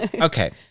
Okay